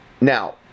Now